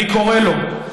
אני קורא לו,